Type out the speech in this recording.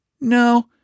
No